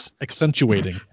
accentuating